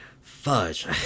fudge